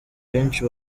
benshi